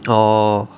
orh